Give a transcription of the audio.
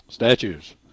Statues